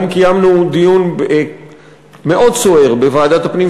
היום קיימנו דיון מאוד סוער בוועדת הפנים